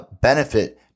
benefit